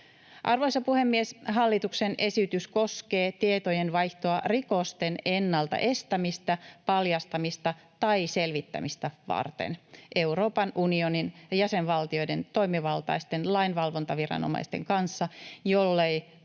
Arvoisa puhemies! Hallituksen esitys koskee tietojenvaihtoa rikosten ennalta estämistä, paljastamista tai selvittämistä varten Euroopan unionin ja jäsenvaltioiden toimivaltaisten lainvalvontaviranomaisten kanssa, jollei